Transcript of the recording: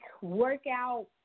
workout